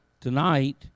tonight